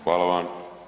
Hvala vam.